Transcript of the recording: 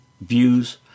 views